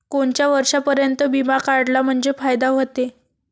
कोनच्या वर्षापर्यंत बिमा काढला म्हंजे फायदा व्हते?